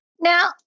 Now